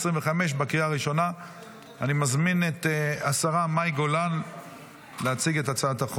אושרה בקריאה הראשונה ותעבור לדיון בוועדת החוקה,